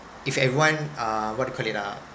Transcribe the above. if everyone uh what you call it ah